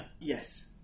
Yes